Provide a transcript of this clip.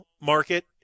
market